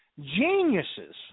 geniuses